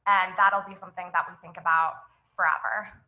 and that'll be something that we think about forever.